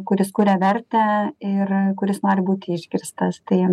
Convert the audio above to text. kuris kuria vertę ir kuris nori būti išgirstas tai